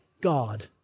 God